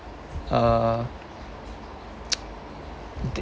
uh I think